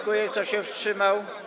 Kto się wstrzymał?